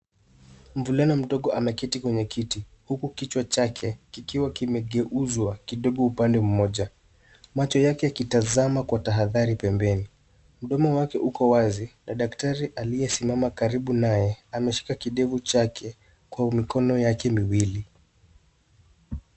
Mvulana mdogo ameketi kwenye kiti, huku kichwa chake kikiwa kimegeuzwa kidogo upande mmoja. Macho yake yakitazama kwa tahadhari pembeni. Mdomo wake uko wazi, na daktari aliyesimama karibu naye, ameshika kidevu chake, kwa mikono yake miwili.